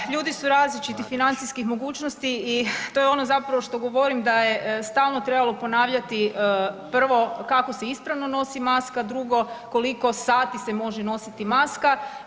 Da, ljudi su različitih financijskih mogućnosti i to je ono zapravo što govorim da je stalno trebalo ponavljati, prvo kako se ispravno nosi maska, drugo koliko sati se može nositi maska.